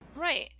Right